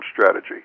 strategy